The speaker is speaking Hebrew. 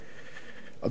אדוני היושב-ראש,